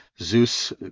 Zeus